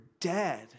dead